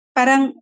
Parang